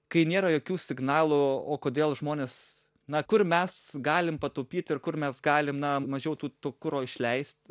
kai nėra jokių signalų o kodėl žmonės na kur mes galim pataupyt ir kur mes galim na mažiau tų to kuro išleist